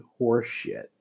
horseshit